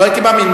לא הייתי מאמין.